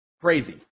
crazy